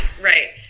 right